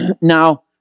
Now